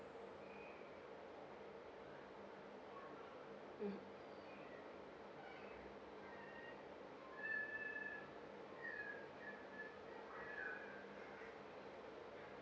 mm